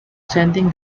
sending